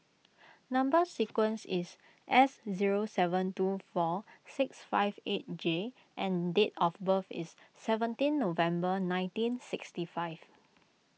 Number Sequence is S zero seven two four six five eight J and date of birth is seventeen November nineteen sixty five